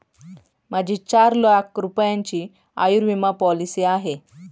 माझी चार लाख रुपयांची आयुर्विमा पॉलिसी आहे